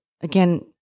again